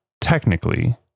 technically